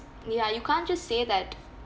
ya you can't just say that